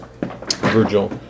Virgil